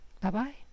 Bye-bye